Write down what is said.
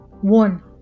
one